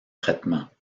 traitements